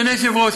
אדוני היושב-ראש,